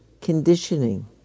conditioning